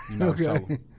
Okay